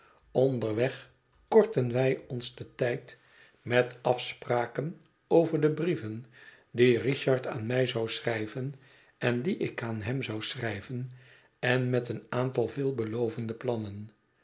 onderweg kortten wij ons den tijd met afspraken over de brieven die richard aan mij zou schrijven en die ik aan hem zou schrijven en met een aantal veelbelovende plannen